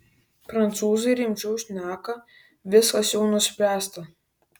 prancūzai rimčiau šneka viskas jau nuspręsta